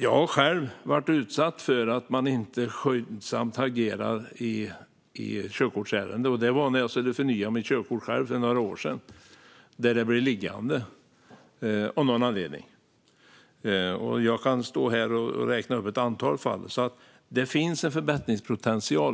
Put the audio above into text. Jag har själv varit utsatt för att man inte har agerat skyndsamt i ett körkortsärende. Det var när jag skulle förnya mitt körkort för några år sedan. Det blev av någon anledning liggande. Jag kan stå här och räkna upp ett antal fall, så det finns en förbättringspotential.